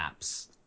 apps